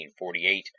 1948